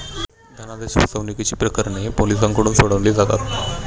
धनादेश फसवणुकीची प्रकरणे पोलिसांकडून सोडवली जातात